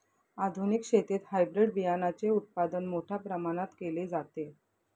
आधुनिक शेतीत हायब्रिड बियाणाचे उत्पादन मोठ्या प्रमाणात केले जाते